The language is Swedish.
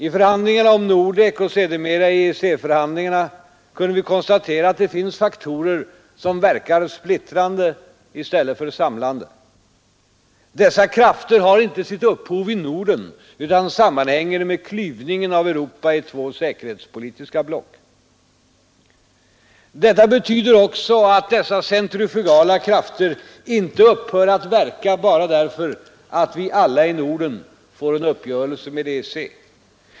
I förhandlingarna om Nordek och sedermera i EEC-förhandlingarna kunde vi konstatera att det finns faktorer som verkar splittrande i stället för samlande. Dessa krafter har inte sitt upphov i Norden utan sammanhänger med klyvningen av Europa i två säkerhetspolitiska block. Detta betyder också att dessa centrifugala krafter inte upphör att verka bara därför att vi alla i Norden får en uppgörelse med EEC.